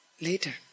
later